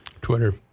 twitter